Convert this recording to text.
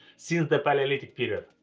since the paleolithic period.